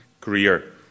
career